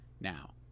now